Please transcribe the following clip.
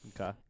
Okay